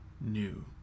new